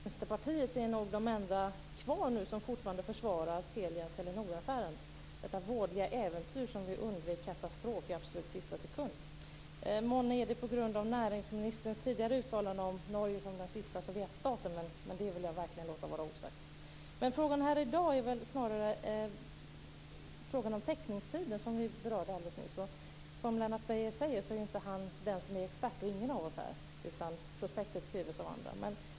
Fru talman! Lennart Beijer och Vänsterpartiet är nog de enda som är kvar som fortfarande försvarar Telia-Telenor-affären - detta vådliga äventyr, där vi undvek katastrof i absolut sista sekund. Månne är det på grund av näringsministerns tidigare uttalanden om Norge som den sista Sovjetstaten, men det vill jag verkligen låta vara osagt. Frågan här i dag är snarare frågan om teckningstiden, som vi berörde alldeles nyss. Som Lennart Beijer säger är inte han den som är expert - ingen av oss är det. Prospektet skrives av andra.